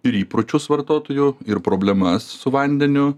ir įpročius vartotojų ir problemas su vandeniu